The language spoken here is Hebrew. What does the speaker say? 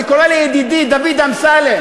אני קורא לידידי דוד אמסלם,